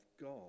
God